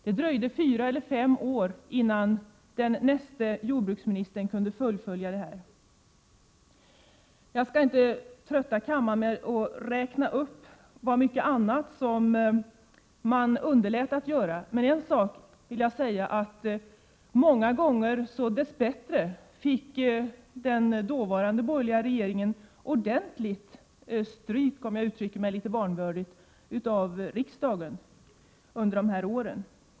Det dröjde fyra eller fem år innan den näste jordbruksministern kunde fullfölja det arbetet. Jag skall inte trötta kammaren med att räkna upp vad mycket annat som man underlät att göra, men en sak vill jag säga: Många gånger fick den dåvarande borgerliga regeringen dess bättre ordentligt stryk, om jag uttrycker mig litet vanvördigt, av riksdagen under de här åren.